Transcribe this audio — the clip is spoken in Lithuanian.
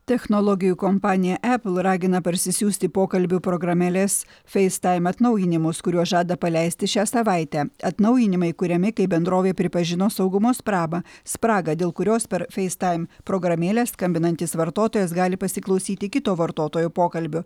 technologijų kompanija apple ragina parsisiųsti pokalbių programėlės facetime atnaujinimus kuriuos žada paleisti šią savaitę atnaujinimai kuriami kai bendrovė pripažino saugumo sprabą spragą dėl kurios per facetime programėlę skambinantis vartotojas gali pasiklausyti kito vartotojo pokalbių